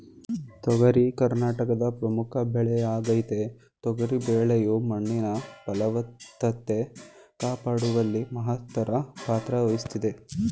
ತೊಗರಿ ಕರ್ನಾಟಕದ ಪ್ರಮುಖ ಬೆಳೆಯಾಗಯ್ತೆ ತೊಗರಿ ಬೆಳೆಯು ಮಣ್ಣಿನ ಫಲವತ್ತತೆ ಕಾಪಾಡುವಲ್ಲಿ ಮಹತ್ತರ ಪಾತ್ರವಹಿಸ್ತದೆ